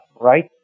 right